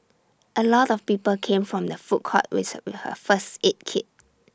A lot of people came from the food court with A her first aid kit